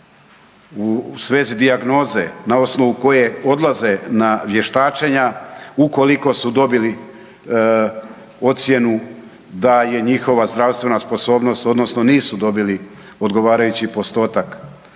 u svezi dijagnoze na osnovu koje odlaze na vještačenja, ukoliko su dobili ocjenu da je njihova zdravstvena sposobnost odnosno nisu dobili odgovarajući postotak